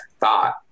thought